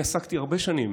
אני עסקתי הרבה שנים